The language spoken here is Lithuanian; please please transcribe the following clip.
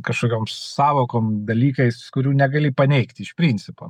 kažkokiom sąvokom dalykais kurių negali paneigti iš principo